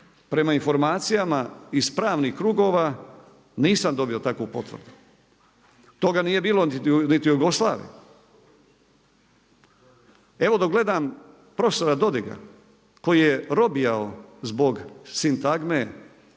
Prema informacijama iz pravnih krugova nisam dobio takvu potvrdu. Toga nije bilo niti u Jugoslaviji. Evo dok gledam prof. Dodiga koji je robijao zbog sintagme